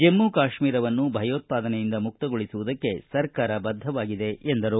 ಜಮ್ಮ ಕಾಶ್ಮೀರವನ್ನು ಭಯೋತ್ವಾದನೆಯಿಂದ ಮುಕ್ತಗೊಳಿಸುವುದಕ್ಕೆ ಸರ್ಕಾರ ಬದ್ದ ಎಂದರು